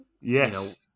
Yes